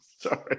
Sorry